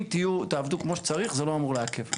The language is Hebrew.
אם תהיו, תעבדו כמו שצריך זה לא אמור לעכב.